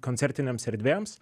koncertinėms erdvėms